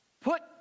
put